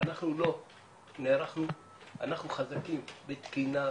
אנחנו לא נערכנו, אנחנו חזקים בתקינה וחקיקה,